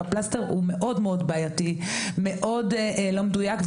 אבל הפלסטר הוא מאוד מאוד בעייתי ומאוד לא מדויק,